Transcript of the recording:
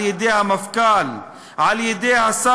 על-ידי המפכ"ל,